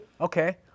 Okay